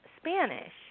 Spanish